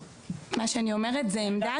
מה שאני אומר זאת עמדה